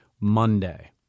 Monday